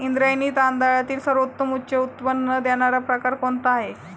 इंद्रायणी तांदळातील सर्वोत्तम उच्च उत्पन्न देणारा प्रकार कोणता आहे?